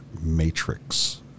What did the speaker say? Matrix